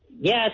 Yes